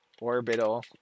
Orbital